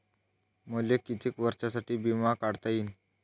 मले कितीक वर्षासाठी बिमा काढता येईन?